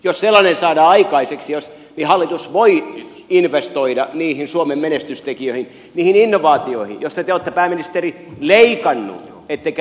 jos sellainen saadaan aikaiseksi niin hallitus voi investoida niihin suomen menestystekijöihin niihin innovaatioihin joista te olette pääministeri leikannut ettekä lisännyt